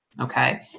Okay